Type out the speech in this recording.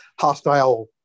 hostile